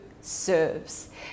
serves